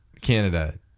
Canada